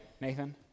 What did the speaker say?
Nathan